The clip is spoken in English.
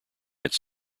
its